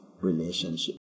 relationship